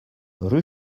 rue